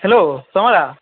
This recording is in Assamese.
হেল্ল' শৰ্মা দা